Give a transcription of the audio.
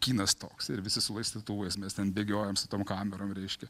kinas toks ir visi su laistytuvais mes ten bėgiojam su tom kamerom reiškia